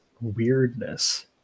weirdness